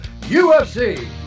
UFC